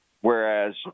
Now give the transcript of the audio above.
whereas